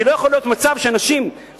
כי לא יכול להיות מצב שאנשים שמקבלים